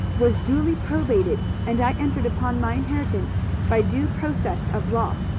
was duly probated, and i entered upon my inheritance by due process of law.